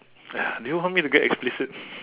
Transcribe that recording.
ya do you want me to get explicit